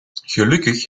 gelukkig